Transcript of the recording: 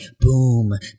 boom